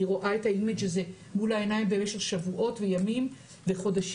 היא רואה את האימג' הזה מול העיניים במשך שבועות וימים וחודשים,